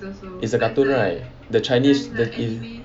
it's a cartoon right the chinese the~